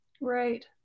Right